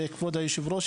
כבוד יושב הראש,